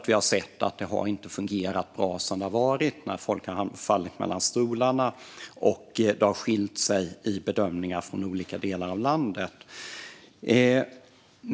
Vi ser att det inte har fungerat bra som det har varit. Personer har fallit mellan stolarna, och bedömningarna har skilt sig åt i olika delar av landet.